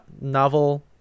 novel